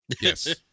Yes